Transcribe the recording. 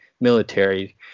military